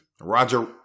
Roger